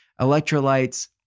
Electrolytes